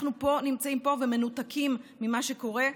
אנחנו נמצאים פה ומנותקים ממה שקורה,